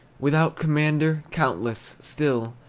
without commander, countless, still,